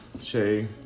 Shay